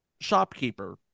shopkeeper